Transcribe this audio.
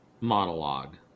monologue